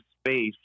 space